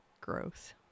Gross